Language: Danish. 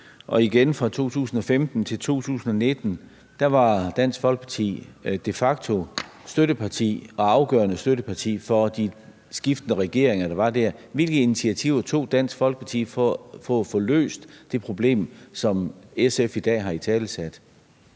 perioden fra 2001 til 2011 og igen fra 2015-2019 de facto var afgørende støtteparti for de skiftende regeringer, der var der. Hvilke initiativer tog Dansk Folkeparti for at få løst det problem, som SF i dag har italesat?